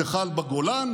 זה חל בגולן,